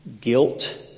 guilt